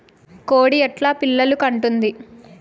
కోడి ఎట్లా పిల్లలు కంటుంది?